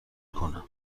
کنه